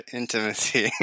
intimacy